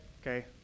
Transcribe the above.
Okay